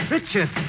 Richard